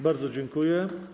Bardzo dziękuję.